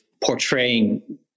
portraying